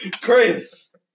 Chris